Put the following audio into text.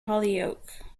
holyoke